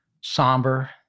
somber